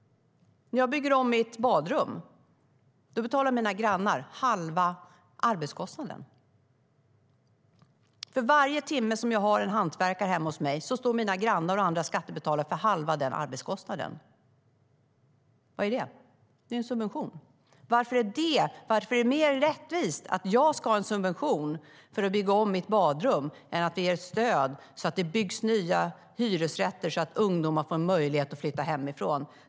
Om jag bygger om mitt badrum, då betalar mina grannar halva arbetskostnaden. För varje timme som jag har en hantverkare hemma hos mig står mina grannar och andra skattebetalare för halva den arbetskostnaden. Vad är det? Det är ju en subvention. Varför är det mer rättvist att jag får en subvention för att bygga om mitt badrum än att det ges stöd till att det byggs nya hyresrätter så att ungdomar får möjlighet att flytta hemifrån?